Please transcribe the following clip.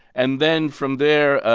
and then from there,